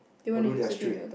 although they are straight